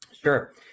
Sure